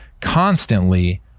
constantly